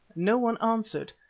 no one answered,